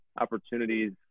opportunities